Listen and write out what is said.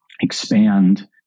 expand